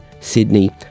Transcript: Sydney